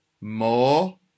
more